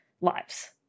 lives